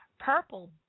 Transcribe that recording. Purple